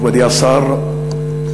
מכובדי השר,